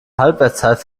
halbwertszeit